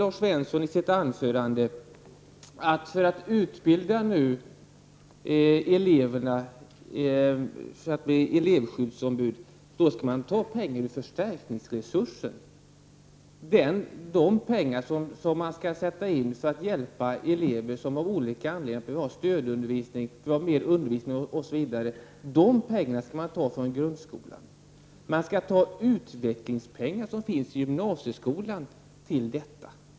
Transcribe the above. Lars Svensson sade att det för att utbilda elever till elevskyddsombud skall tas pengar ur grundskolans förstärkningsresurs. Det är pengar som skall sättas in för elever som av olika anledningar behöver ha stödundervisning, osv. Man skall också ta av gymnasieskolans utvecklingspengar till detta.